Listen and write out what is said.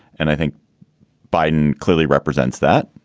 and i think biden clearly represents that.